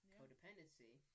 codependency